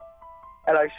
Hello